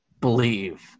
believe